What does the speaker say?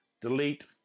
delete